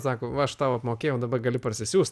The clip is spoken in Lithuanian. sako va aš tau apmokėjau daba gali parsisiųst